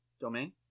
Domain